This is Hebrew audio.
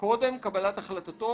קודם קבלת החלטתו,